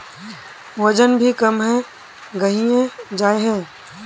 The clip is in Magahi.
वजन भी कम है गहिये जाय है?